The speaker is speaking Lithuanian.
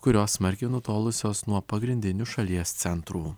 kurios smarkiai nutolusios nuo pagrindinių šalies centrų